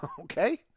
okay